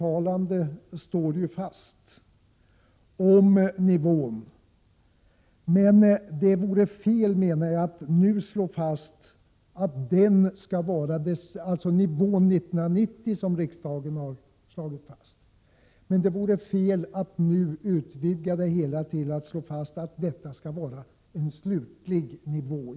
1987/88:118 uttalande om nivån år 1990 står ju fast, men det vore, enligt min mening, 10 maj 1988 felaktigt att nu utvidga det hela, så att vi bestämmer att detta skall vara den slutliga nivån.